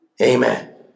Amen